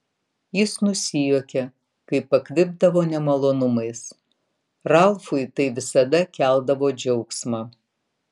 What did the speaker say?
jis nusijuokė kai pakvipdavo nemalonumais ralfui tai visada keldavo džiaugsmą